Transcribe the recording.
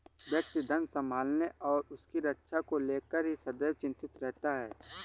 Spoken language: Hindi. व्यक्ति धन संभालने और उसकी सुरक्षा को लेकर ही सदैव चिंतित रहता है